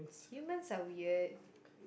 humans are weird